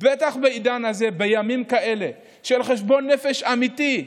ובטח בעידן הזה, בימים כאלה של חשבון נפש אמיתי.